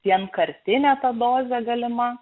vienkartinė ta dozė galima